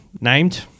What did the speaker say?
named